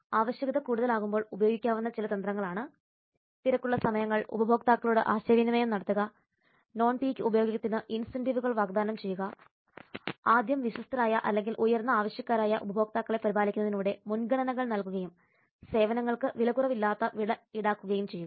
ആവശ്യകത കൂടുതലാകുമ്പോൾ ഉപയോഗിക്കാവുന്ന ചില തന്ത്രങ്ങളാണ് തിരക്കുള്ള സമയങ്ങൾ ഉപഭോക്താക്കളോട് ആശയവിനിമയം നടത്തുക നോൺ പീക്ക് ഉപയോഗത്തിന് ഇൻസെന്റീവുകൾ വാഗ്ദാനം ചെയ്യുക ആദ്യം വിശ്വസ്തരായ അല്ലെങ്കിൽ ഉയർന്ന ആവശ്യക്കാരായ ഉപഭോക്താക്കളെ പരിപാലിക്കുന്നതിലൂടെ മുൻഗണനകൾ നൽകുകയും സേവനങ്ങൾക്ക് വിലക്കുറവില്ലാത്ത വില ഈടാക്കുകയും ചെയ്യുക